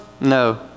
No